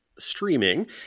streaming